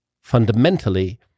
fundamentally